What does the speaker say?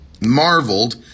marveled